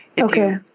Okay